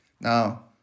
Now